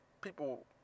people